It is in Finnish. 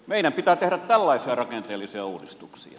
meidän pitää tehdä tällaisia rakenteellisia uudistuksia